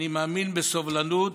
אני מאמין בסובלנות